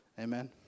Amen